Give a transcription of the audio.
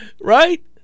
Right